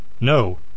No